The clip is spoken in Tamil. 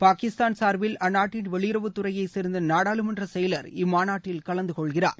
பாகிஸ்தான் சார்பில் அந்நாட்டின் வெளியுறவுத் துறையை சேர்ந்த நாடாளுமன்ற செயலர் இம்மாநாட்டில் கலந்துகொள்கிறார்